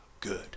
good